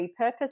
repurpose